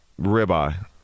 ribeye